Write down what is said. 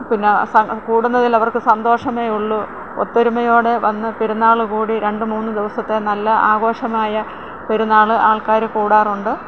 പിന്നെ കൂടുന്നതിൽ അവര്ക്ക് സന്തോഷമേയുളളൂ ഒത്തൊരുമയോടെ വന്ന് പെരുന്നാൾ കൂടി രണ്ട് മൂന്ന് ദിവസത്തെ നല്ല ആഘോഷമായ പെരുന്നാൾ ആള്ക്കാർ കൂടാറുണ്ട്